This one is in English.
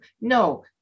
No